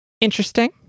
interesting